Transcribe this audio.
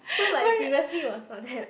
so like previously it was not that